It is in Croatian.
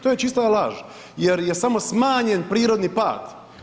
To je čista laž jer je samo smanjen prirodni pad.